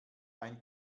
ein